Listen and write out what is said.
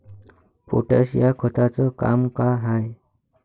Potash या खताचं काम का हाय?